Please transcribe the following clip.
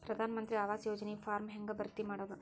ಪ್ರಧಾನ ಮಂತ್ರಿ ಆವಾಸ್ ಯೋಜನಿ ಫಾರ್ಮ್ ಹೆಂಗ್ ಭರ್ತಿ ಮಾಡೋದು?